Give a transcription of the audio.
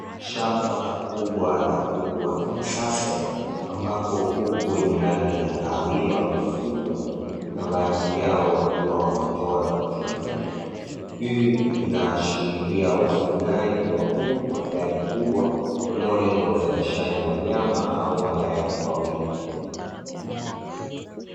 Shamba kubwa la kuku wa kisasa ambapo kuku wenye rangi ya kahawia wamefugwa na baadhi yao wakiwa wametoa vichwa nje, hii inaashiria ufugaji wa kuku kwa idadi kubwa unaolenga uzalishaji wa nyama au mayai kwa wingi.